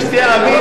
לא ביקשתי תשובה.